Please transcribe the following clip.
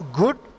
good